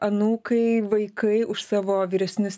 anūkai vaikai už savo vyresnius